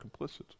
complicit